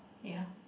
ya